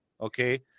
Okay